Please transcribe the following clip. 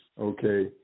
okay